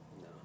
no